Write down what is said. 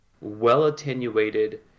well-attenuated